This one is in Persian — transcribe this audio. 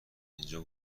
اینجا